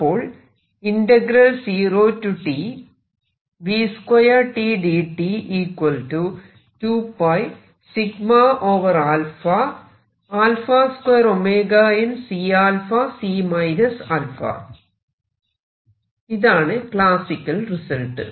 അപ്പോൾ ഇതാണ് classical result